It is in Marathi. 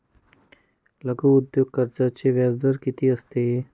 लघु उद्योग कर्जाचे व्याजदर किती असते?